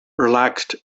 relaxed